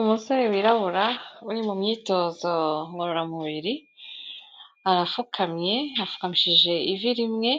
Umusore wirabura uri mu myitozo ngororamubiri, arapfukamye, yapfukamishije ivi rimwe,